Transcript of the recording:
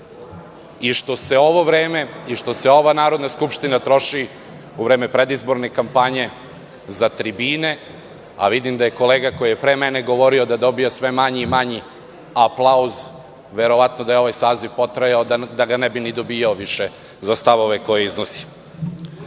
i što se ova Narodna skupština troši u vreme predizborne kampanje za tribine. Vidim da kolega koji je pre mene govorio da dobija sve manji i manji aplauz, verovatno da je ovaj saziv potrajao, da ga ne bi ni dobijao više za stavove koje iznosi. Ne